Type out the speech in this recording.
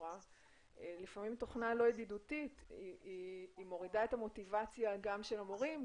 לפעמים תוכנה לא ידידותית מורידה את המוטיבציה גם של המורים,